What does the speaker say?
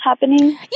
happening